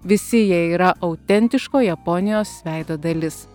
visi jie yra autentiško japonijos veido dalis